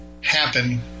happen